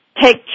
Take